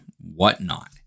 Whatnot